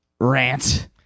rant